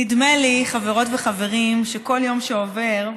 נדמה לי, חברות וחברים, שבכל יום שעובר,